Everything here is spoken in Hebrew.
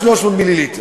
300 מיליליטר,